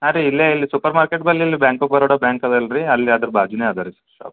ಹಾಂ ರೀ ಇಲ್ಲೇ ಇಲ್ಲಿ ಸೂಪರ್ ಮಾರ್ಕೆಟ್ ಮೇಲೆ ಇಲ್ಲಿ ಬ್ಯಾಂಕ್ ಆಫ್ ಬರೋಡ ಬ್ಯಾಂಕ್ ಅದಲ್ಲ ರಿ ಅಲ್ಲಿ ಅದ್ರ ಬಾಜುನೇ ಅದ ರೀ ಶಾಪ್